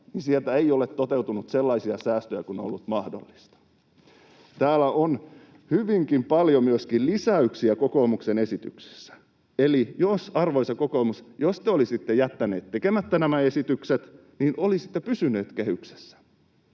sieltä ei ole toteutunut sellaisia säästöjä kuin olisi ollut mahdollista. Täällä on myöskin hyvinkin paljon lisäyksiä kokoomuksen esityksissä. Eli jos, arvoisa kokoomus, te olisitte jättäneet tekemättä nämä esitykset, niin olisitte pysyneet kehyksessä.